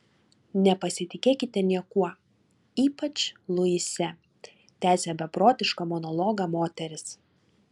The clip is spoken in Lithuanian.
nepasitikėkite niekuo ypač luise tęsė beprotišką monologą moteris